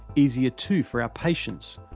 easier too for our patients,